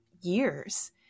years